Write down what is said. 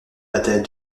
bataille